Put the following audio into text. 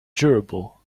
durable